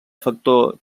factor